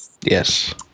Yes